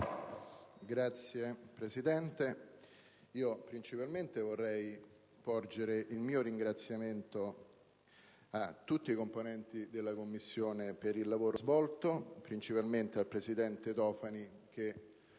Signor Presidente, principalmente vorrei porgere il mio ringraziamento a tutti i componenti della Commissione per il lavoro svolto, e soprattutto al presidente Tofani, che